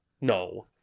no